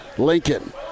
Lincoln